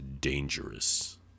dangerous